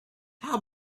how